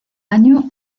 año